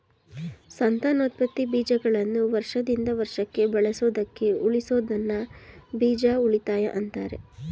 ಸಂತಾನೋತ್ಪತ್ತಿ ಬೀಜಗಳನ್ನು ವರ್ಷದಿಂದ ವರ್ಷಕ್ಕೆ ಬಳಸೋದಕ್ಕೆ ಉಳಿಸೋದನ್ನ ಬೀಜ ಉಳಿತಾಯ ಅಂತಾರೆ